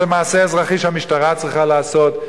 זה מעשה אזרחי שהממשלה צריכה לעשות,